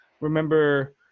remember